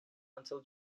until